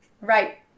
Right